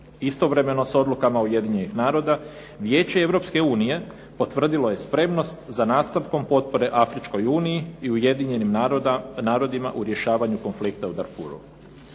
Istovremeno s odlukama Ujedinjenih naroda Vijeće Europske unije potvrdilo je spremnost za nastavkom potpore Afričkoj uniji i Ujedinjenim narodima u rješavanju konflikta u Darfuru.